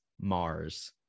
mars